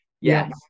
Yes